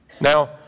Now